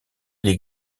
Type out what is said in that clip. les